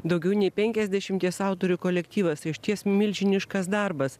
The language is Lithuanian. daugiau nei penkiasdešimties autorių kolektyvas išties milžiniškas darbas